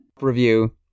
review